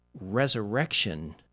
resurrection